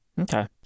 Okay